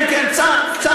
כן, כן, צר.